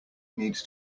needs